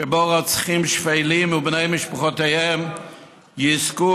שבו רוצחים שפלים ובני משפחותיהם יזכו